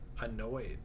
annoyed